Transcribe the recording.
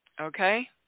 Okay